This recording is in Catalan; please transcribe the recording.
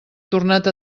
tornat